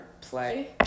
play